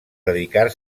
dedicar